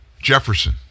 jefferson